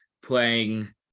playing